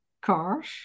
cars